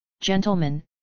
gentlemen